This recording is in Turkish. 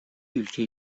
ülkeyi